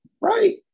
Right